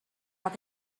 what